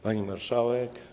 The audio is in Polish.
Pani Marszałek!